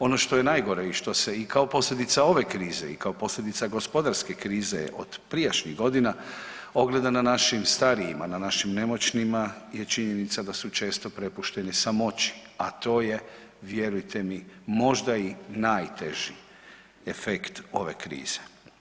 Ono što je najgore i što se i kao posljedica ove krize i kao posljedica gospodarske krize od prijašnjih godina ogleda na našim starijima, na našim nemoćnima je činjenica da su često prepušteni samoći, a to je vjerujte mi možda i najteži efekt ove krize.